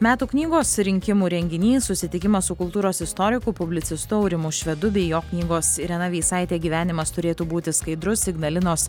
metų knygos rinkimų renginys susitikimas su kultūros istoriku publicistu aurimu švedu bei jo knygos irena veisaitė gyvenimas turėtų būti skaidrus ignalinos